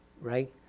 right